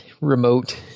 remote